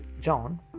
John